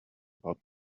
about